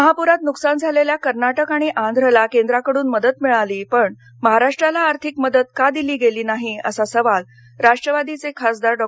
महापुरात नुकसान झालेल्या कर्नाटक आणि आंध्रला केंद्राकडून मदत मिळाली पण महाराष्ट्राला आर्थिक मदत का दिली गेली नाही असा सवाल राष्ट्रवादीचे खासदार डॉ